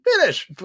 finish